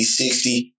60